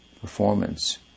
performance